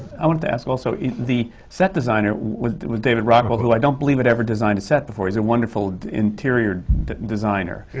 i wanted to ask also the set designer was was david rockwell who i don't believe had ever designed a set before. he's a wonderfully interior designer.